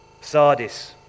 Sardis